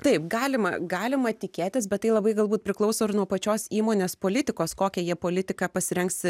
taip galima galima tikėtis bet tai labai galbūt priklauso ir nuo pačios įmonės politikos kokią jie politiką pasirengs